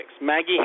Maggie